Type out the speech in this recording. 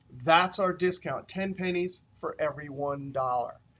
that's our discount, ten pennies for every one dollar.